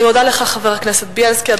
אני מודה לך, חבר הכנסת בילסקי.